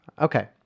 Okay